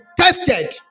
tested